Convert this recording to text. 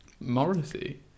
Morrissey